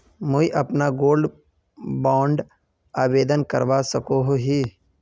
मुई अपना gold bond आवेदन करवा सकोहो ही?